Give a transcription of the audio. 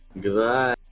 Goodbye